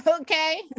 okay